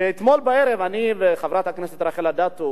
אתמול בערב חברת הכנסת רחל אדטו